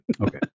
Okay